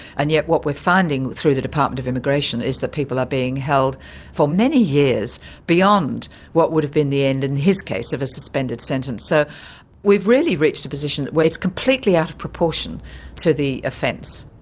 and yet what we're finding through the department of immigration is that people are being held for many years beyond what would have been the end, in his case, of a suspended sentence. so we've really reached a position where it's completely out of proportion to the offence.